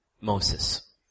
Moses